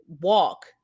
walk